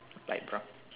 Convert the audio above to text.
light brown